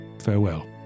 Farewell